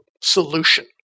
solution